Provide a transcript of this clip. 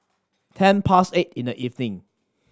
ten past eight in the evening